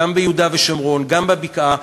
גם ביהודה ושומרון גם בבקעה,